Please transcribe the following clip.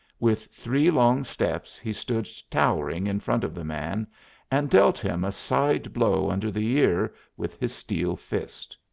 with three long steps he stood towering in front of the man and dealt him a side blow under the ear with his steel fist.